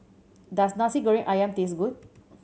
does Nasi Goreng Ayam taste good